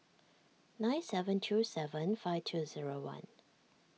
nine seven two seven five two zero one